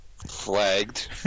Flagged